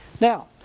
Now